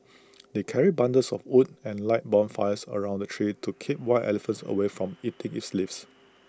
they carried bundles of wood and light bonfires around the tree to keep wild elephants away from eating its leaves